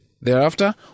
thereafter